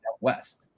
West